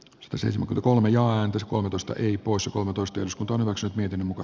se pysyisi mukana kolme ja entäs koulutusta hipoissa koulutustyönskutunnukset miten muka